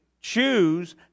choose